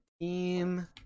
Team